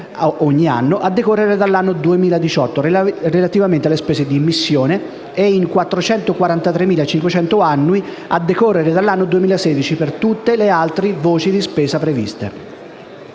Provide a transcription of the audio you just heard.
euro annui a decorrere dall'anno 2018 relativamente alle spese di missione, e in 443.500 annui a decorrere dall'anno 2016 per tutte le altre voci di spesa previste.